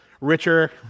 richer